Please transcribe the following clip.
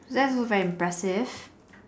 that's who like impressive